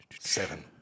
Seven